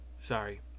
Sorry